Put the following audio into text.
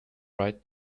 write